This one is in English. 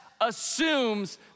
assumes